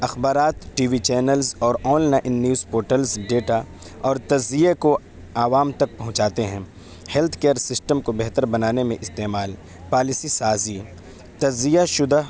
اخبارات TV channels اور online news portals data اور تجزیے کو عوام تک پہنچاتے ہیں ہیلتھ کیئر سسٹم کو بہتر بنانے میں استعمال پالیسی سازی تجزیہ شدہ